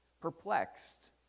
Perplexed